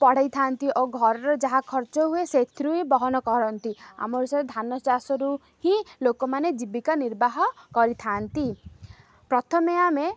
ପଢ଼ାଇଥାନ୍ତି ଓ ଘରର ଯାହା ଖର୍ଚ୍ଚ ହୁଏ ସେଥିରୁ ବି ବହନ କରନ୍ତି ଆମ ଓଡ଼ିଶାରେ ଧାନ ଚାଷରୁ ହିଁ ଲୋକମାନେ ଜୀବିକା ନିର୍ବାହ କରିଥାନ୍ତି ପ୍ରଥମେ ଆମେ